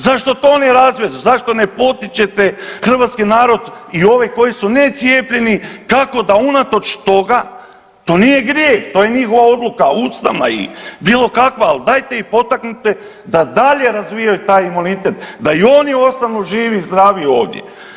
Zašto to ne razvijete, zašto ne potičete hrvatski narod i ove koji su necijepljeni kao da unatoč toga, to nije grijeh, to je njihova odluka, ustavna i bilo kakva, ali dajte ih potaknite da dalje razvijaju taj imunitet, da i oni ostanu živi i zdravi ovdje.